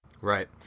right